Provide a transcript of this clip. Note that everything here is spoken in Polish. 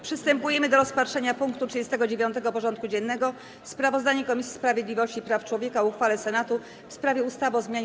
Przystępujemy do rozpatrzenia punktu 39. porządku dziennego: Sprawozdanie Komisji Sprawiedliwości i Praw Człowieka o uchwale Senatu w sprawie ustawy o zmianie